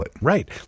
Right